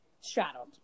Straddled